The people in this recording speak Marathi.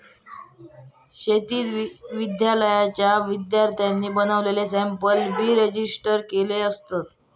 शेतकी विद्यालयाच्या विद्यार्थ्यांनी बनवलेले सॅम्पल बी रजिस्टर केलेले असतत